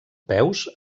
peus